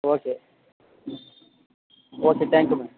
okay okay thank you ma'am